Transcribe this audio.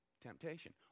temptation